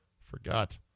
forgot